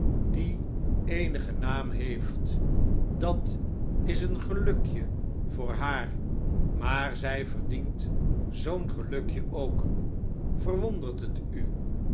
die eenigen naam heeft dat is een gelukje voor haar maar zfi verdient zoo'n gelukje ook verwonderthetu